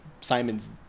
Simon's